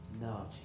No